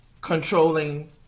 controlling